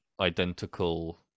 identical